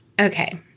Okay